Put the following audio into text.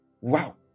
wow